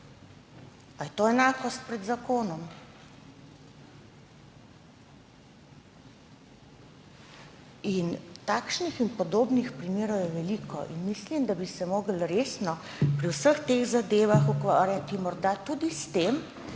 A je to enakost pred zakonom? Takšnih in podobnih primerov je veliko in mislim, da bi se morali resno ukvarjati pri vseh teh zadevah morda tudi s tem,